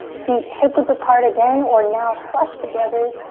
feet hip width apart again or now flush together.